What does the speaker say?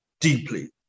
deeply